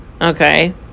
okay